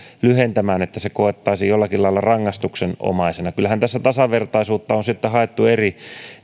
lyhentämään että se koettaisiin jollakin lailla rangaistuksenomaisena kyllähän tässä tasavertaisuutta on haettu eri